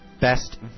best